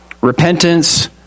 Repentance